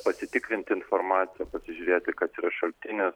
pasitikrint informaciją pasižiūrėti kas yra šaltinis